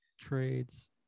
Trades